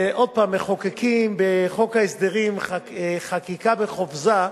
כש, עוד פעם, מחוקקים בחוק ההסדרים חקיקה בחופזה,